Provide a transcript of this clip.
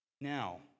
Now